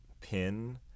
pin